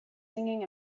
singing